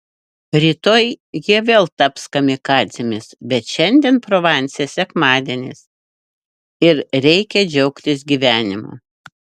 rytoj jie vėl taps kamikadzėmis bet šiandien provanse sekmadienis ir reikia džiaugtis gyvenimu